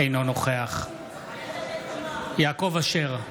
אינו נוכח יעקב אשר,